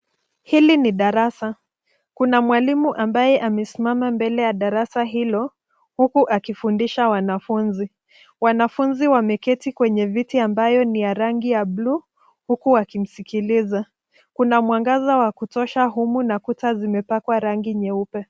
Hili ni darasa. Kuna mwalimu ambaye amesimama mbele ya darasa hilo uku akifundisha wanafuzi. Wanafuzi wameketi kwenye viti ambayo ni ya rangi ya buluu uku wakimsikiliza. Kuna mwangaza wa kutosha humu na kuta zimepakwa rangi nyeupe.